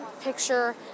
picture